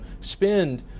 spend